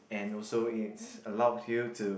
and also it's allows you to